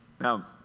Now